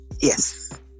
yes